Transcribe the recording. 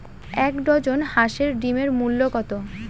এক ডজন হাঁসের ডিমের মূল্য কত?